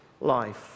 life